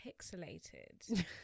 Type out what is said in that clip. pixelated